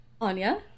Anya